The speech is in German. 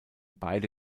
beide